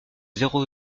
zéro